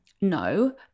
no